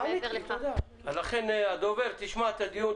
לכן הדובר תשקיף,